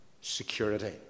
security